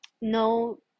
no